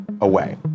away